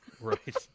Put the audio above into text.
right